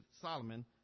Solomon